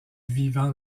vivant